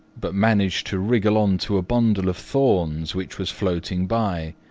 but managed to wriggle on to a bundle of thorns which was floating by,